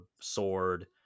sword